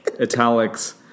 Italics